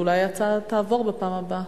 ואולי ההצעה תעבור בפעם הבאה.